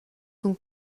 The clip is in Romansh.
cun